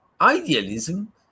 idealism